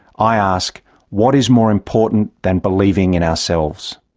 i ask what is more important than believing in ourselves?